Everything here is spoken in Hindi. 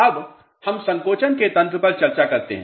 अब हम संकोचन के तंत्र पर चर्चा करते हैं